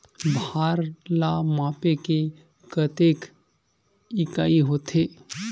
भार ला मापे के कतेक इकाई होथे?